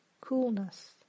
coolness